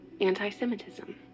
anti-Semitism